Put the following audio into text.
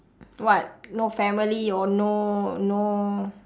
what no family or no no